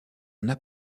n’a